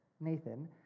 Nathan